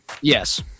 Yes